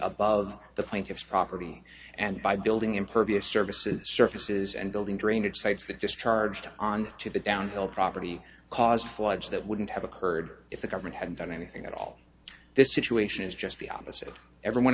above the plaintiff's property and by building impervious services surfaces and building drainage sites that just charged on to the downhill property caused floods that wouldn't have occurred if the government hadn't done anything at all this situation is just the opposite everyone